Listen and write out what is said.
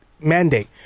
Mandate